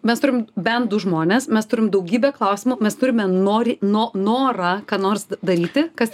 mes turim bent du žmones mes turim daugybę klausimų mes turime nori no norą ką nors d daryti kas